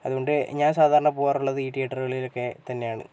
അതുകൊണ്ട് ഞാൻ സാധാരണ പോകാറുള്ളത് ഈ തീയേറ്ററുകളിൽ ഒക്കെ തന്നെയാണ്